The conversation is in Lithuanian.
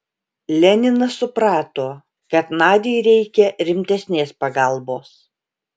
leninas suprato kad nadiai reikia rimtesnės pagalbos